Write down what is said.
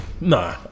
Nah